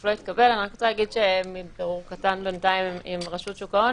לא התקבל מבירור קטן עם רשות שוק ההון